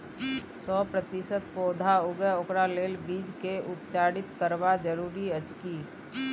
सौ प्रतिसत पौधा उगे ओकरा लेल बीज के उपचारित करबा जरूरी अछि की?